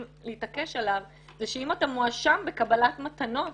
להתעקש עליו זה שאם אתה מואשם בקבלת מתנות